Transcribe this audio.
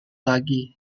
lagi